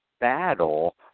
battle